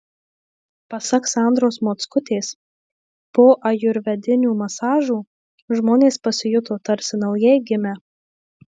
pasak sandros mockutės po ajurvedinių masažų žmonės pasijuto tarsi naujai gimę